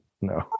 No